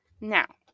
now